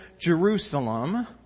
Jerusalem